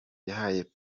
yahaye